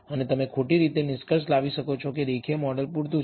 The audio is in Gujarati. અને તમે ખોટી રીતે નિષ્કર્ષ લાવી શકો છો કે રેખીય મોડેલ પૂરતું છે